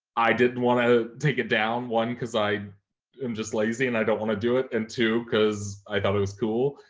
i didn't wanna take it down, one, cause i am just lazy and i don't wanna do it, and two, cause i thought it was cool.